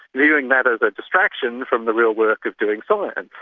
viewing that as a distraction from the real work of doing science.